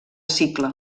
cicle